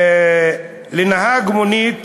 לנהג מונית.